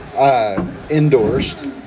endorsed